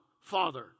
Father